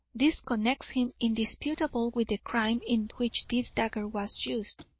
this connects him indisputably with the crime in which this dagger was used.